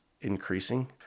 increasing